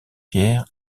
pierre